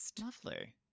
Lovely